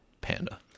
panda